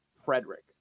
Frederick